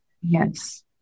Yes